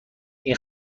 این